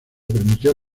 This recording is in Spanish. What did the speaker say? permitió